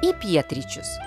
į pietryčius